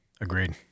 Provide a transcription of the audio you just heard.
Agreed